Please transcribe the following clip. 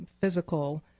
physical